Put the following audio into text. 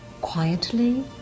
Quietly